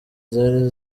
zari